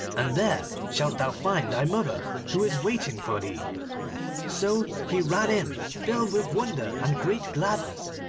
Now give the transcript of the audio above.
and there shalt thou find thy mother, who is waiting for thee so he ran in, filled with wonder and great gladness.